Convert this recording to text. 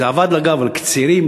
זה עבד, אגב, על צעירים.